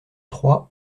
trois